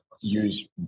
use